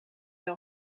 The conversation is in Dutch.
dan